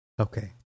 Okay